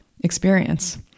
experience